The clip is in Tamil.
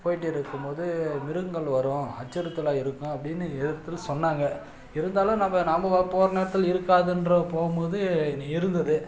போயிட்டு இருக்கும்போது மிருகங்கள் வரும் அச்சுறுத்தலாக இருக்கும் அப்படின்னு சொன்னாங்க இருந்தாலும் நம்ம நாம் வா போகிற நேரத்தில் இருக்காதுன்ற போகும்மோது நி இருந்தது